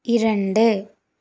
இரண்டு